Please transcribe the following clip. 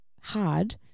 hard